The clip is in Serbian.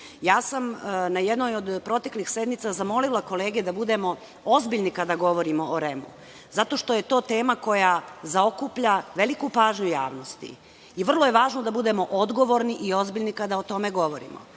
jednoj od proteklih sednica sam zamolila kolege da budemo ozbiljni kada govorimo o REM-u zato što je to tema koja zaokuplja veliku pažnju javnosti i vrlo je važno da budemo odgovorni i ozbiljni kada o tome govorimo. Kada